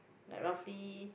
like roughly